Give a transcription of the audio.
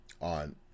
on